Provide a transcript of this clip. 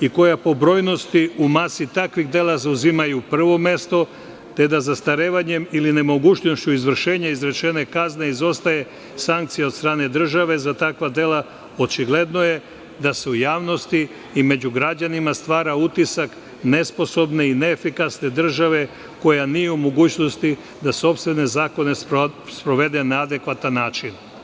i koja po brojnosti u masi takvih dela zauzimaju prvo mesto, te da zastarevanjem ili nemogućnošću izvršenja izrečene kazne izostaje sankcija od strane države za takva dela, očigledno je da se u javnosti i među građanima, stvara utisak nesposobne i neefikasne države koja nije u mogućnosti da sopstvene zakone sprovede na adekvatan način.